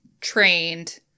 trained